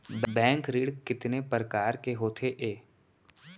Bank ऋण कितने परकार के होथे ए?